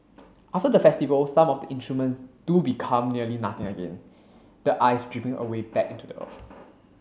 after the festival some of the instruments do become nearly nothing again the ice dripping away back into the earth